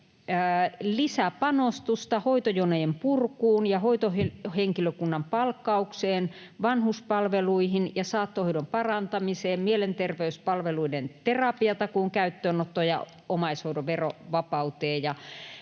lisäpanostusta hoitojonojen purkuun ja hoitohenkilökunnan palkkaukseen, vanhuspalveluihin ja saattohoidon parantamiseen sekä mielenterveyspalveluiden terapiatakuun käyttöönottoon ja omaishoidon verovapauteen,